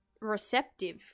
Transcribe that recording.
receptive